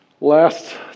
Last